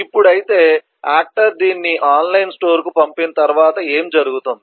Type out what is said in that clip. ఇప్పుడు అయితే ఆక్టర్ దీన్ని ఆన్లైన్ స్టోర్కు పంపిన తర్వాత ఏమి జరుగుతుంది